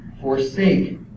forsake